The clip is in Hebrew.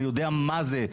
אני יודע מה זה.